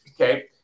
Okay